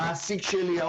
המעסיק שלי,